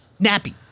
Nappy